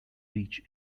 beach